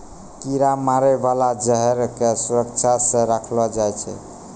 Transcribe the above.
कीरा मारै बाला जहर क सुरक्षा सँ रखलो जाय छै